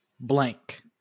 blank